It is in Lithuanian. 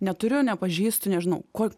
neturiu nepažįstu nežinau koks